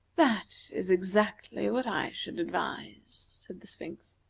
that is exactly what i should advise, said the sphinx.